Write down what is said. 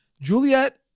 Juliet